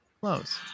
close